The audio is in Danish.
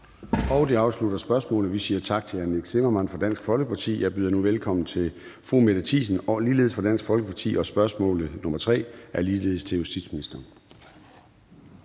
Det afslutter spørgsmålet. Vi siger tak til hr. Nick Zimmermann fra Dansk Folkeparti. Jeg byder nu velkommen til fru Mette Thiesen, ligeledes fra Dansk Folkeparti, og spørgsmålet, nr. 3, er ligeledes til justitsministeren.